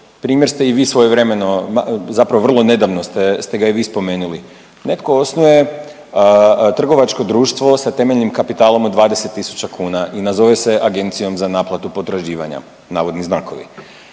Primjer ste i vi svojevremeno, zapravo vrlo nedavno ste ga i vi spomenuli. Netko osnuje trgovačko društvo sa temeljnim kapitalom od 20000 kuna i nazove se Agencijom za naplatu potraživanja navodni znakovi.